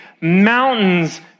mountains